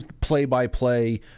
play-by-play